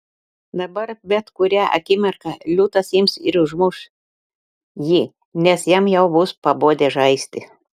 dabar bet kurią akimirką liūtas ims ir užmuš jį nes jam jau bus pabodę žaisti